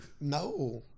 No